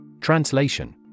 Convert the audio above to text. Translation